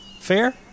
Fair